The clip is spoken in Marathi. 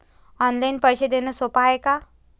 ऑनलाईन पैसे देण सोप हाय का?